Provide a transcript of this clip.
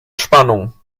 spannung